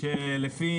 שלפי